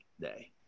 day